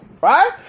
right